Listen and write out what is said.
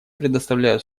предоставляю